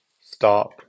stop